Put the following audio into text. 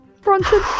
Bronson